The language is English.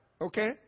Okay